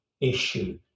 issue